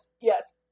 yes